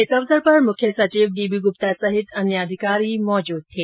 इस अवसर पर मुख्य सचिव डीबी गुप्ता सहित अन्य अधिकारी मौजूद थे